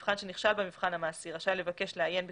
נבחן שנכשל במבחן המעשי רשאי לבקש לעיין בסיכומו,